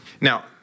Now